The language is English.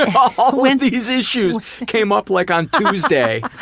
um ah so and these issues came up like on tuesday!